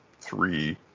three